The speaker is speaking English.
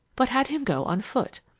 but had him go on foot.